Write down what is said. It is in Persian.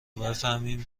بفهمیم